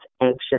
anxious